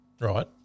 Right